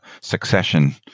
succession